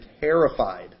terrified